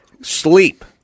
Sleep